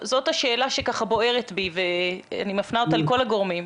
זאת השאלה שככה בוערת בי ואני מפנה אותה לכל הגורמים.